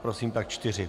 Prosím, tak čtyři.